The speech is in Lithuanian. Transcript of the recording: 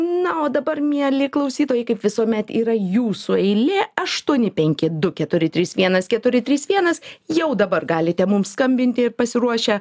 na o dabar mieli klausytojai kaip visuomet yra jūsų eilė aštuoni penki du keturi trys vienas keturi trys vienas jau dabar galite mum skambinti pasiruošę